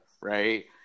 right